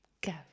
Go